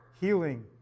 healing